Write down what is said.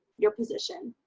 your position.